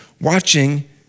watching